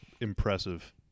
impressive